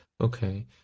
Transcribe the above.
Okay